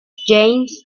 james